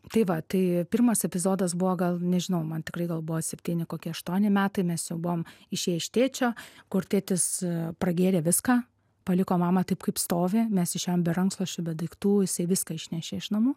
tai va tai pirmas epizodas buvo gal nežinau man tikrai gal buvo septyni kokie aštuoni metai mes jau buvom išėję iš tėčio kur tėtis pragėrė viską paliko mamą taip kaip stovi mes išėjom be rankšluosčių be daiktų jisai viską išnešė iš namų